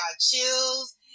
chills